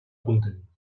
content